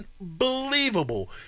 unbelievable